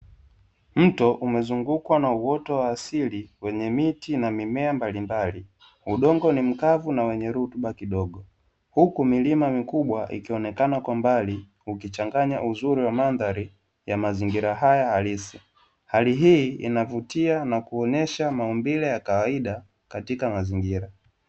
Mto umezungukwa na uoto wa asili wenye miti na mimea mbalimbali, udongo ni mkavu na wenye rutuba kidogo, huku milima mikubwa ikionekana kwa mbali ukichanganya uzuri wa mandhari ya mazingira haya halisi. Hali hii inavutia na kuonyesha maumbile ya kawaida katika mazingira.